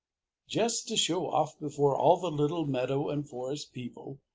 just to show off before all the little meadow and forest people,